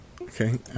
Okay